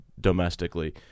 domestically